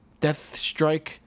Deathstrike